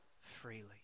freely